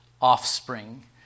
offspring